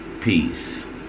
Peace